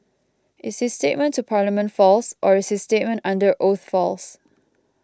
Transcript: is his statement to Parliament false or is his statement under oath false